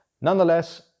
Nonetheless